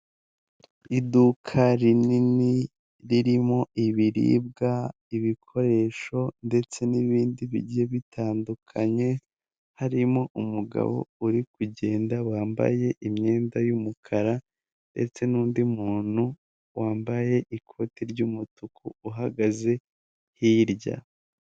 Ifoto yumugore wambaye agapira k'iroza karimo umukara n'imbere harimo umweru ufite ibitsike by'umukara n'ibisuko bifunze.